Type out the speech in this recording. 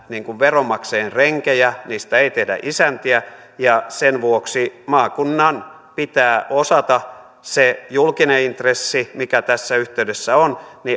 veronmaksajien renkejä niistä ei tehdä isäntiä ja sen vuoksi maakunnan pitää osata se julkinen intressi mikä tässä yhteydessä on